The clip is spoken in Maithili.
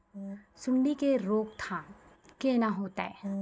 सुंडी के रोकथाम केना होतै?